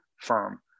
firm